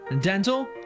dental